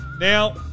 Now